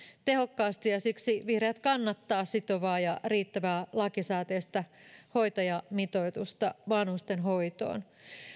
tehokkaasti ja siksi vihreät kannattaa sitovaa ja riittävää lakisääteistä hoitajamitoitusta vanhustenhoitoon